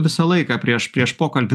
visą laiką prieš prieš pokalbį